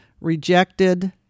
Rejected